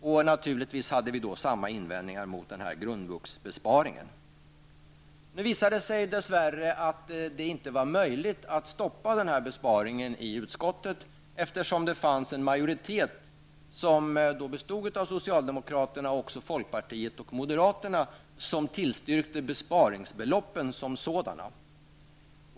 Vi hade naturligtvis samma invändningar mot grundvuxbesparingen. Nu visade det sig dess värre inte vara möjligt att stoppa denna besparing i utskottet eftersom det fanns en majoritet som bestod av socialdemokrater, folkpartiet och moderaterna som tillstyrkte besparingsbeloppen som sådana.